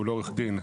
שהוא לא עורך דין,